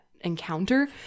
encounter